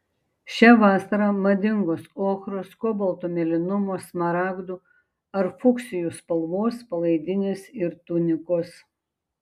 šią vasarą madingos ochros kobalto mėlynumo smaragdų ar fuksijų spalvos palaidinės ir tunikos